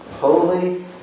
holy